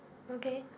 okay